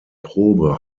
probe